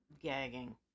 gagging